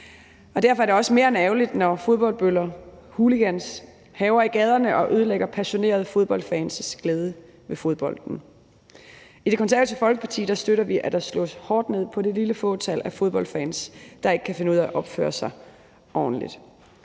Derfor er det også mere end ærgerligt, når fodboldbøller, hooligans, hærger i gaderne og ødelægger passionerede fodboldfans' glæde ved fodbold. I Det Konservative Folkeparti støtter vi, at der slås hårdt ned på det fåtal af fodboldfans, der ikke kan finde ud af at opføre sig ordentligt.